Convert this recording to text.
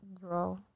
draw